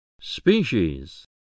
Species